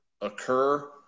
occur